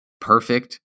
perfect